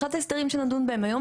אחד ההסדרים שנדון בהם היום,